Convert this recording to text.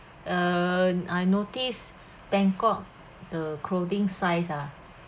uh I notice bangkok the clothing size ah